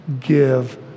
give